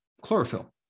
chlorophyll